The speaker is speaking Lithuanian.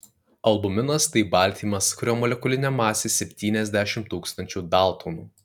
albuminas tai baltymas kurio molekulinė masė septyniasdešimt tūkstančių daltonų